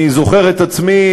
אני זוכר את עצמי,